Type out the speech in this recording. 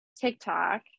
TikTok